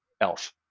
elf